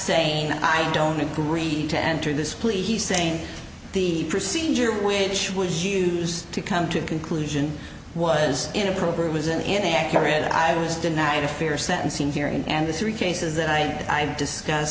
saying i don't agree to enter this plea he's saying the procedure which was used to come to a conclusion was inappropriate was an inaccurate i was denied a fair sentencing hearing and the three cases that i